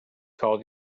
called